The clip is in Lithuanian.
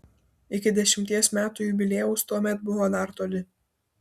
iki dešimties metų jubiliejaus tuomet buvo dar toli